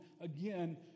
Again